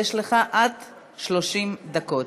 לרשותך עד 30 דקות.